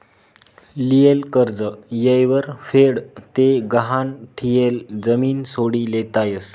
लियेल कर्ज येयवर फेड ते गहाण ठियेल जमीन सोडी लेता यस